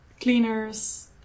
cleaners